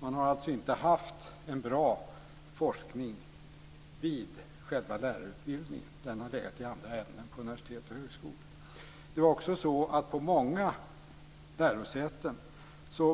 Man har alltså inte haft en bra forskning vid själva lärarutbildningen, den har legat i andra ämnen på universitet och högskolor. På många lärosäten